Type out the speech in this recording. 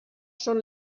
són